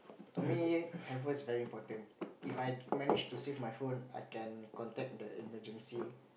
to me handphone is very important If I manage to save my phone I can contact the emergency